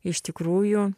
iš tikrųjų